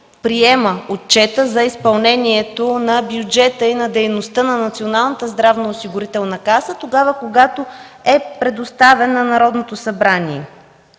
приема отчета за изпълнението на бюджета и на дейността на Националната здравноосигурителна каса, когато е предоставен на Народното събрание.